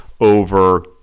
over